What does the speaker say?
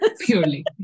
Purely